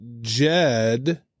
Jed